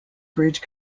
bridge